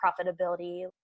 profitability